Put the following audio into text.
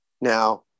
now